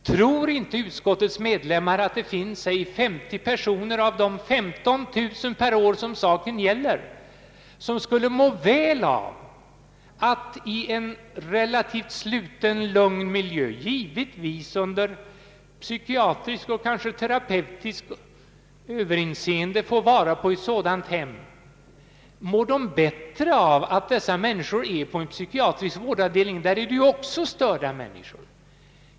Tror inte utskottets medlemmar att det finns låt oss säga 50 personer av de 15 000 per år som saken gäller, vilka skulle må väl av att vistas i ett sådant hem, i en relativt sluten, lugn miljö, givetvis under psykiatriskt och kanske terapeutiskt överinseende? Mår de bättre av att vis tas på en psykiatrisk vårdavdelning? Där finns ju också störda människor.